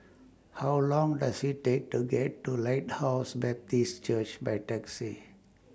How Long Does IT Take to get to Lighthouse Baptist Church By Taxi